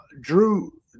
Drew